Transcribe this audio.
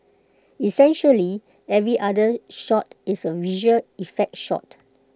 essentially every other shot is A visual effect shot